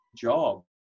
job